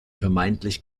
vermeintlich